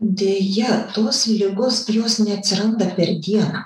deja tos ligos jos neatsiranda per dieną